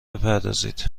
بپردازید